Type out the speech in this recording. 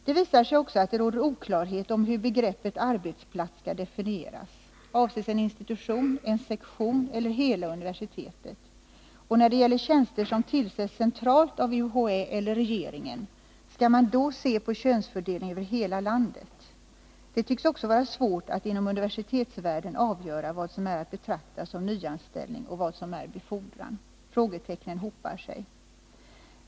Det visar sig också att det råder oklarhet om hur begreppet ”arbetsplats” skall definieras. Avses en institution, en sektion eller hela universitetet? Och när det gäller tjänster som tillsätts centralt av UHÄ eller regeringen, skall man då se på könsfördelnigen över hela landet? Det tycks också vara svårt att inom universitetsvärlden avgöra vad som är att betrakta som nyanställning och vad som är befordran. Frågetecknen hopar sig.